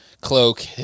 cloak